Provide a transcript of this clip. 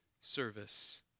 service